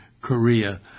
Korea